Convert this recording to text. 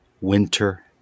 winter